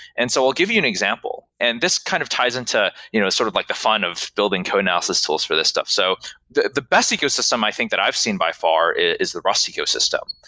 and so i'll give you an example, and this kind of ties into you know a sort of like the fun of building code analysis tools for this stuff. so the the best ecosystem i think that i've seen by far is the rust ecosystem.